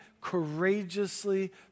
courageously